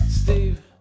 Steve